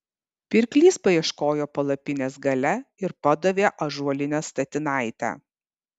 pirklys paieškojo palapinės gale ir padavė ąžuolinę statinaitę